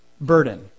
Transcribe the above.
burden